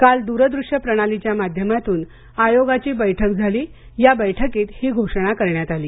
काल दुरदृष्य प्रणालीच्या माध्यमातून आयोगाची बैठक झालेल्या बैठकीत ही घोषणा करण्यात आली